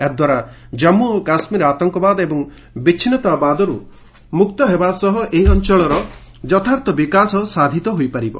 ଏହାଦ୍ୱାରା ଜନ୍ମୁ ଓ କାଶ୍ମୀର ଆତଙ୍କବାଦ ଏବଂ ବିଚ୍ଛିନ୍ନତାବାଦରୁ ମୁକ୍ତ ହେବ ସହ ଏହି ଅଞ୍ଚଳର ଯଥାର୍ଥ ବିକାଶ ସାଧିତ ହୋଇପାରିବ